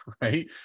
right